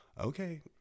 Okay